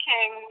King